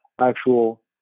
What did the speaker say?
actual